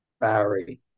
Barry